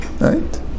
right